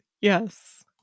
Yes